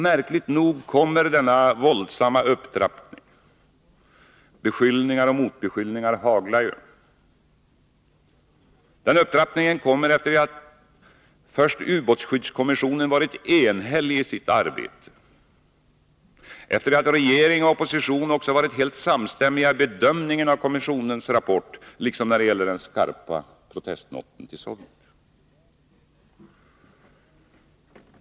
Märkligt nog kommer denna våldsamma upptrappning — beskyllningar och motbeskyllningar haglar — efter att ubåtskommissionen först varit enhällig i sitt arbete och att regering och opposition också varit helt samstämmiga i bedömningen av kommissionens rapport liksom när det gäller den skarpa protestnoten till Sovjet.